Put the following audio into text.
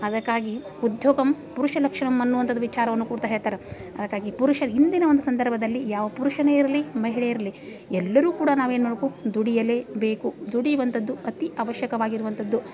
ಅದಕ್ಕಾಗಿ ಉದ್ಯೋಗಮ್ ಪುರುಷ ಲಕ್ಷಣಮ್ ಅನ್ನುವಂಥದ್ದು ವಿಚಾರವನ್ನ ಕೊಡ್ತಾ ಹೆತಾರ ಅದಕ್ಕಾಗಿ ಪುರುಷರು ಇಂದಿನ ಒಂದು ಸಂದರ್ಭದಲ್ಲಿ ಯಾವ ಪುರುಷನೇ ಇರಲಿ ಮಹಿಳೆ ಇರಲಿ ಎಲ್ಲರೂ ಕೂಡ ನಾವು ಏನು ಮಾಡಬೇಕು ದುಡಿಯಲೇ ಬೇಕು ದುಡಿಯುವಂಥದ್ದು ಅತಿ ಅವಶ್ಯಕವಾಗಿರುವಂಥದ್ದು